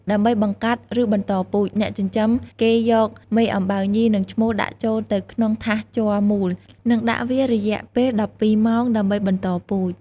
ដើម្បីបង្កាត់ ឬបន្តពូជ អ្នកចិញ្ចឹមគេយកមេអំបៅញី និងឈ្មោល ដាក់ចូលទៅក្នុងថាសជ័រមូល និងដាក់វារយៈពេល១២ម៉ោង ដើម្បីបន្តពូជ។